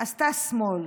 עשתה שמאל.